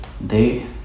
they-